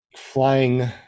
flying